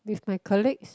with my colleagues